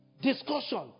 discussion